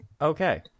Okay